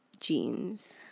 jeans